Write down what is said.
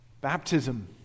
baptism